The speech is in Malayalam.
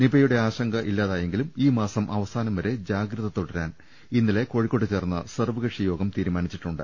നിപയുടെ ആശങ്ക ഇല്ലാതാ യെങ്കിലും ഈ മാസം അവസാനം വരെ ജാഗ്രത തുടരാൻ ഇന്നലെ കോഴിക്കോട്ട് ചേർന്ന സർവ്വകക്ഷിയോഗം തീരുമാ നിച്ചിട്ടുണ്ട്